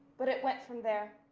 but it went from there.